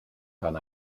gan